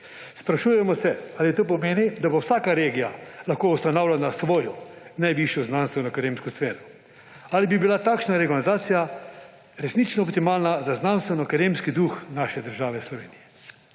Sprašujemo se, ali to pomeni, da bo vsaka regija lahko ustanavljala svojo najvišjo znanstveno-akademsko sfero. Ali bi bila takšna regionalizacija resnično optimalna za znanstveno-akademski duh naše države Slovenije?